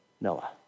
Noah